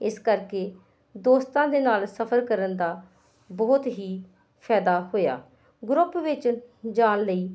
ਇਸ ਕਰਕੇ ਦੋਸਤਾਂ ਦੇ ਨਾਲ ਸਫਰ ਕਰਨ ਦਾ ਬਹੁਤ ਹੀ ਫਾਇਦਾ ਹੋਇਆ ਗਰੁੱਪ ਵਿੱਚ ਜਾਣ ਲਈ